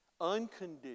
unconditional